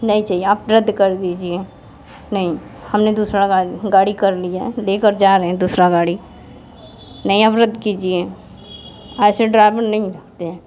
नहीं चाहिए आप रद्द कर दीजिए नहीं हमने दूसरा गाड़ी कर लिया ले कर जा रहें दूसरा गाड़ी नहीं आप रद्द कीजिए ऐसे ड्राइवर नहीं रखते हैं